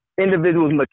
individuals